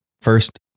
First